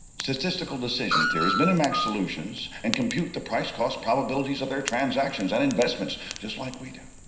statistical decision theories, min and max solutions and compute the price-cost probabilities of their transactions and investments just like we do.